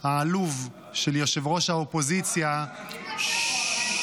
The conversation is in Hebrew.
העלוב של ראש האופוזיציה -- הרגיל.